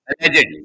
Allegedly